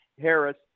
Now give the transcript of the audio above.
Harris